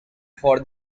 for